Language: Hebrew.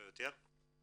לא יותר.